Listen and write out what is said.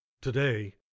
Today